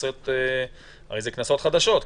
הרי הם קנסות חדשים,